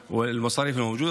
אין ספק שהוא מסייע מעט,